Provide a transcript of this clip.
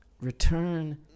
return